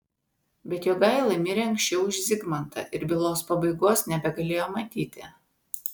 bet jogaila mirė anksčiau už zigmantą ir bylos pabaigos nebegalėjo matyti